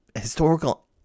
historical